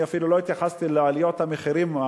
אני לא התייחסתי לעליית המחירים,